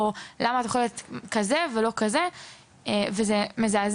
או ״למה את אוכלת את זה ולא את זה?״ וזה מזעזע,